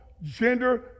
Gender